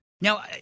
Now